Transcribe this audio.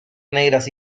negras